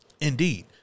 Indeed